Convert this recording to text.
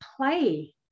play